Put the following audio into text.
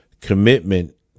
commitment